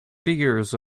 figures